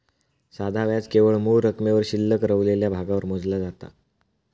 साधा व्याज केवळ मूळ रकमेवर शिल्लक रवलेल्या भागावर मोजला जाता